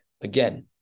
Again